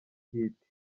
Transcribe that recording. hit